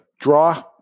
draw